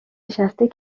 نشسته